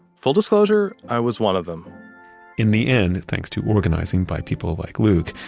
full disclosure, i was one of them in the end, thanks to organizing by people like luke,